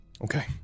Okay